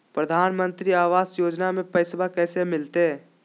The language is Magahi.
प्रधानमंत्री आवास योजना में पैसबा कैसे मिलते?